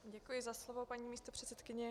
Děkuji za slovo, paní místopředsedkyně.